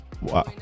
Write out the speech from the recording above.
wow